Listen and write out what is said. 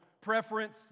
preference